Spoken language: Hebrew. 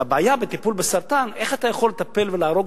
הבעיה בטיפול בסרטן: איך אתה יכול לטפל ולהרוג